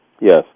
Yes